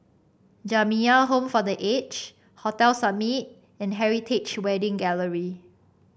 Jamiyah Home for The Aged Hotel Summit and Heritage Wedding Gallery